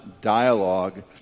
dialogue